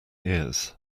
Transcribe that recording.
ears